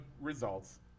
results